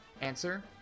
Answer